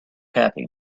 happy